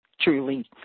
truly